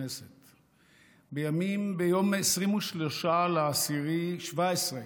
ביום 23 באוקטובר 2017,